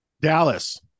Dallas